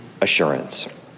assurance